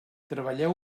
treballeu